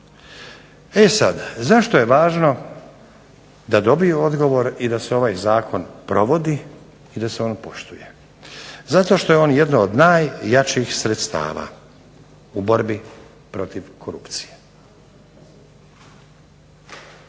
E sad, zašto je važno da dobiju odgovor i da se ovaj zakon provodi i da se on poštuje? Zato što je on jedno od najjačih sredstava u borbi protiv korupcije.